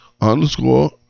underscore